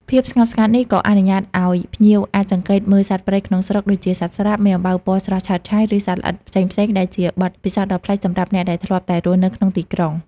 ភាពស្ងប់ស្ងាត់នេះក៏អនុញ្ញាតឲ្យភ្ញៀវអាចសង្កេតមើលសត្វព្រៃក្នុងស្រុក ដូចជាសត្វស្លាប មេអំបៅពណ៌ស្រស់ឆើតឆាយ ឬសត្វល្អិតផ្សេងៗ ដែលជាបទពិសោធន៍ដ៏ប្លែកសម្រាប់អ្នកដែលធ្លាប់តែរស់នៅក្នុងទីក្រុង។